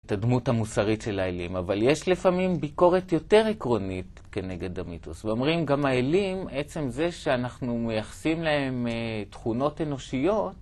את הדמות המוסרית של האלים, אבל יש לפעמים ביקורת יותר עקרונית כנגד המיתוס. ואומרים, גם האלים, עצם זה שאנחנו מייחסים להם תכונות אנושיות,